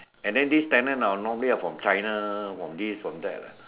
and then this tenant ah normally are from China from this from that lah